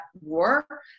war